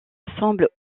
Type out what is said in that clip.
semblent